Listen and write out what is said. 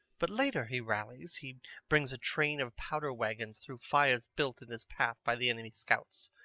but later he rallies. he brings a train of powder wagons through fires built in his path by the enemy's scouts.